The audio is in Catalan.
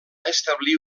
establir